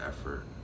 effort